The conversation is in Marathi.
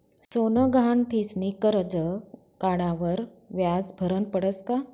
सोनं गहाण ठीसनी करजं काढावर व्याज भरनं पडस का?